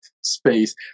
space